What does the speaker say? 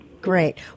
Great